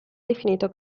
definito